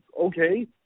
okay